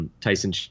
Tyson